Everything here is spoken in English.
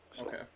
Okay